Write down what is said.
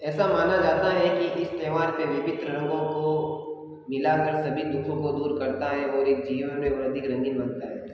ऐसा माना जाता है कि इस त्योहार पर विभिन्न रंगों को मिला कर सभी दुखों को दूर करता है और एक जीवन में अधिक रंगीन बनता है